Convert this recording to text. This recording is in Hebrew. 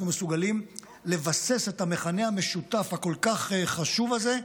אנחנו מסוגלים לבסס את המכנה המשותף החשוב כל כך הזה.